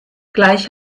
gleich